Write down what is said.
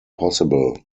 possible